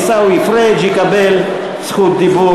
עיסאווי פריג' יקבל זכות דיבור,